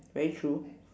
very true